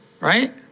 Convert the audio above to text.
right